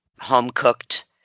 home-cooked